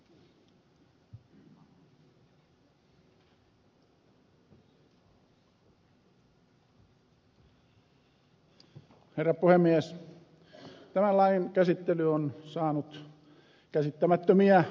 tämän lain käsittely on saanut käsittämättömiä piirteitä